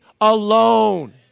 alone